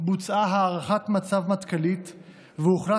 בוצעה הערכת מצב מטכ"לית והוחלט,